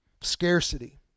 Scarcity